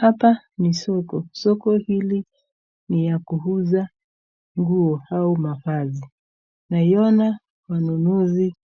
Hapa ni soko. Soko hili ni ya kuuza nguo au mavazi. Naona wanunuzi